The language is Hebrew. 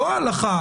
לא ההלכה,